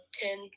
Ten